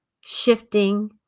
shifting